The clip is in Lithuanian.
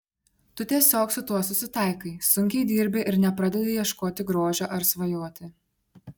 tu tiesiog su tuo susitaikai sunkiai dirbi ir nepradedi ieškoti grožio ar svajoti